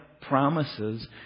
promises